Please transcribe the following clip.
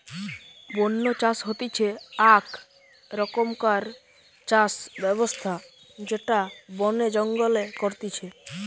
বন্য চাষ হতিছে আক রকমকার চাষ ব্যবস্থা যেটা বনে জঙ্গলে করতিছে